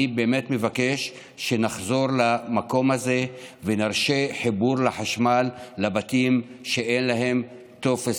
אני מבקש שנחזור למקום הזה ונרשה חיבור לחשמל לבתים שאין להם טופס